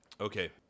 Okay